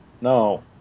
No